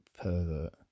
pervert